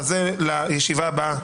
זה לישיבה הבאה.